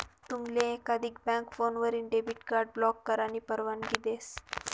तुमले एकाधिक बँक फोनवरीन डेबिट कार्ड ब्लॉक करानी परवानगी देस